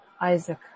Isaac